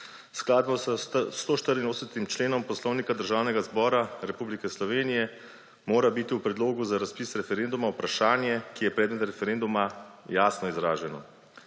Skladno s 184. členom Poslovnika Državnega zbora Republike Slovenije mora biti v predlogu za razpis referenduma vprašanje, ki je predmet referenduma, jasno izraženo.